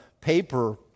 paper